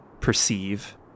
perceive